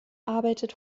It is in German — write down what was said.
arbeitet